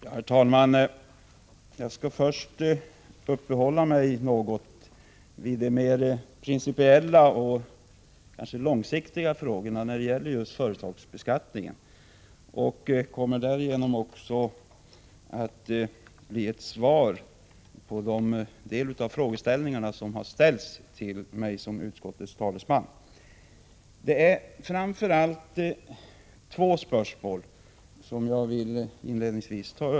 Herr talman! Jag skall först uppehålla mig något vid de mer principiella och långsiktiga frågorna när det gäller just företagsbeskattningen. Jag kommer därigenom också att ge svar på en del av de frågor som ställts till mig såsom utskottets talesman. Jag skall inledningsvis ta upp framför allt två spörsmål.